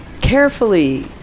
carefully